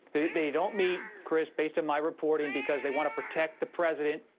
they they don't meet, chris, based on my reporting, because they want to protect the president.